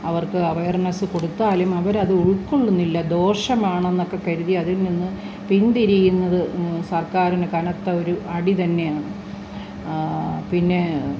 അവർക്ക് അവേർനസ് കൊടുത്താലും അവരത് ഉൾക്കൊള്ളുന്നില്ല ദോഷമാണെന്നൊക്കെ കരുതി അതിൽ നിന്ന് പിന്തിരിയുന്നത് സർക്കാരിന് കനത്ത ഒരു അടി തന്നെയാണ് പിന്നേ